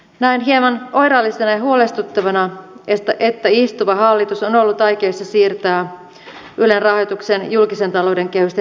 näen hieman oireellisena ja huolestuttavana että istuva hallitus on ollut aikeissa siirtää ylen rahoituksen julkisen talouden kehysten sisäpuolelle